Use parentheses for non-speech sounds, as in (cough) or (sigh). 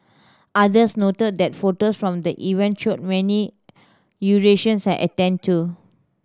others noted that photos from the event showed many (unintelligible) had attended to